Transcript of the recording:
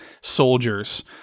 soldiers